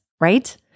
right